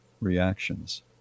reactions